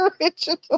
original